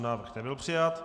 Návrh nebyl přijat.